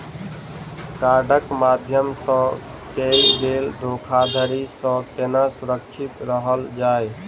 कार्डक माध्यम सँ कैल गेल धोखाधड़ी सँ केना सुरक्षित रहल जाए?